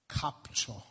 capture